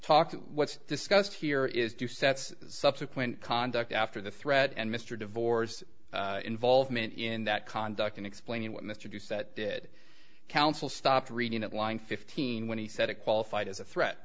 talk what's discussed here is do sets subsequent conduct after the threat and mr divorce involvement in that conduct in explaining what mr doucet did counsel stopped reading at one fifteen when he said it qualified as a threat